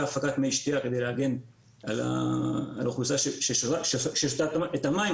הפקת מי שתיה כדי להגן על האוכלוסייה ששותה את המים.